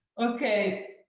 okay.